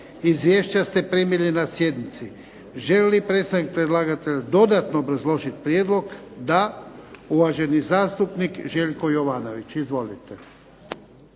Izvješća ste primili na sjednici. Želi li predstavnik predlagatelja dodatno obrazložiti prijedlog? Da. Uvaženi zastupnik Željko Jovanović. Izvolite.